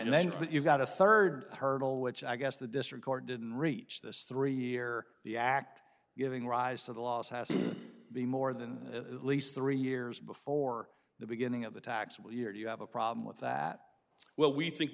and then you've got a third hurdle which i guess the district court didn't reach this three year the act giving rise to the laws has to be more than the least three years before the beginning of the taxable year do you have a problem with that well we think